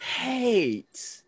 hate